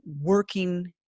working